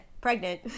pregnant